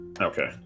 Okay